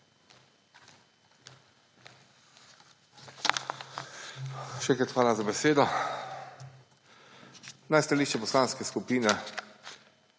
Še enkrat hvala za besedo. Naj stališče Poslanske skupine